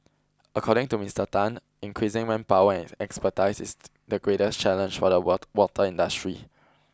according to Mister Tan increasing manpower and expertise is the greatest challenge for the what water industry